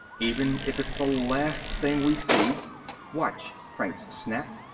even if it's the last thing we see watch franks snapped.